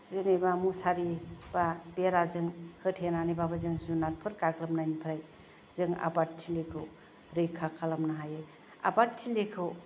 जेनेबा मुसारि बा बेराजों होथेनानै बाबो जों जुबादफोर गाग्लोबनायनिफ्राय जों आबाद थिलिखौ रैखा खालामनो हायो आबाद थिलिखौ